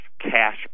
cash